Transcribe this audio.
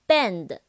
Bend